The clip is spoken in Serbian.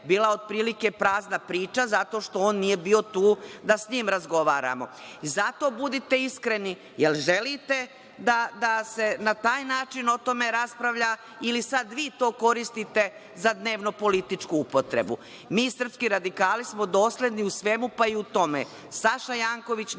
bila otprilike prazna priča zato što on nije bio tu da s njim razgovaramo. Zato budite iskreni, da li želite da se na taj način o tome raspravlja ili sad vi to koristite za dnevno-političku upotrebu. Mi srpski radikali smo dosledni u svemu, pa i u tome.